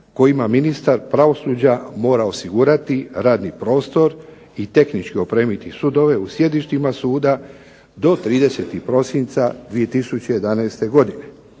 kojima ministar pravosuđa mora osigurati radni prostor i tehnički opremiti sudove u sjedištima suda, do 30. prosinca 2011. godine.